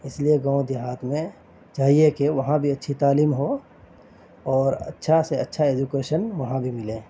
اس لیے گاؤں دیہات میں چاہیے کہ وہاں بھی اچھی تعلیم ہو اور اچھا سے اچھا ایجوکیشن وہاں بھی ملیں